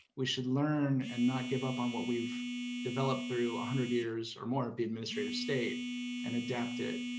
we should learn and not give up on what we've developed through a hundred years or more of the administrative state and adapt it.